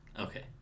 Okay